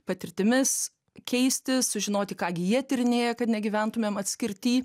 patirtimis keistis sužinoti ką gi jie tyrinėja kad negyventumėm atskirty